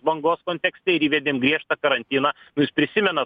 bangos kontekste ir įvedėm griežtą karantiną jūs prisimenat